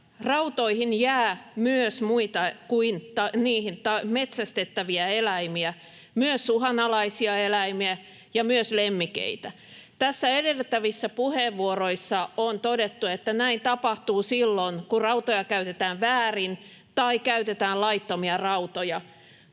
Rautoihin jää myös muita kuin metsästettäviä eläimiä, myös uhanalaisia eläimiä ja myös lemmikeitä. Tässä edeltävissä puheenvuoroissa on todettu, että näin tapahtuu silloin kun rautoja käytetään väärin tai käytetään laittomia rautoja.